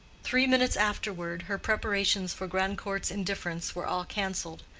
three minutes afterward her preparations for grandcourt's indifference were all canceled.